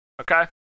Okay